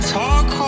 talk